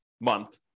month